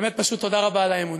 באמת, פשוט תודה רבה על האמון.